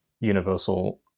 universal